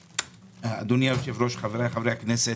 האופוזיציה, אדוני היושב-ראש, חבריי חברי הכנסת,